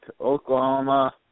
Oklahoma